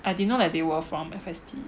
I didn't know that they were from F_S_T